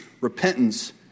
repentance